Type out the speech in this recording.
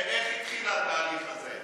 איך התחיל התהליך הזה?